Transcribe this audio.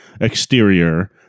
exterior